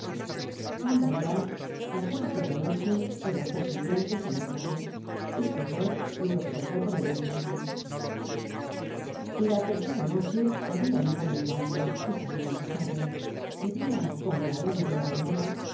juan valjean pasó aquella noche y las dos siguientes en el jardin y cosette le observó por el ventanillo la tercera noche habia luna menguante y salia mas tarde seria como la una de la mañana